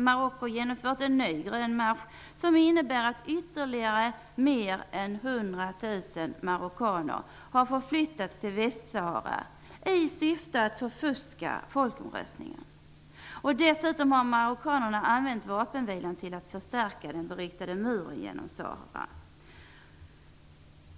Marocko genomfört en ny ''Grön marsch'', som innebär att ytterligare mer än hundratusen marockaner har förflyttats till Västsahara i syfte att förfuska folkomröstningen. Dessutom har marockanerna använt vapenvilan till att förstärka den beryktade muren genom Sahara.